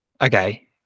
Okay